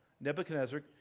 Nebuchadnezzar